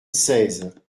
seize